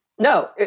No